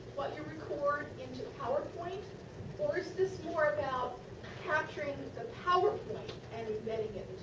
what you record into powerpoint or is this more about capturing the powerpoint and embedding it